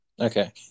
Okay